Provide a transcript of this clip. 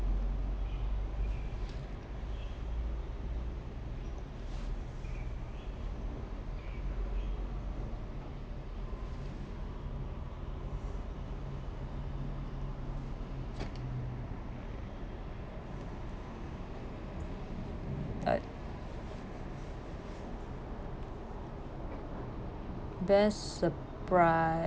best surprise